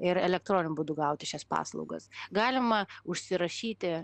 ir elektroniniu būdu gauti šias paslaugas galima užsirašyti